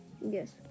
Yes